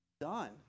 done